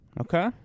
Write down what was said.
Okay